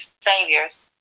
saviors